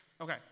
Okay